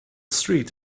street